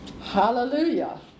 Hallelujah